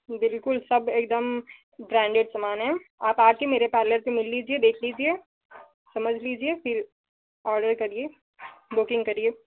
बिल्कुल सब एक दम ब्रांडेड सामान है आप आ के मेरे पार्लर में मिल लीजिए देख लीजिए समझ लीजिए फिर ऑर्डर करिए बुकिंग करिए